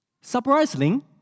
Surprisingly